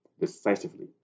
decisively